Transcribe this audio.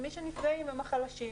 מי שנפגעים הם החלשים.